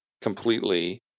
completely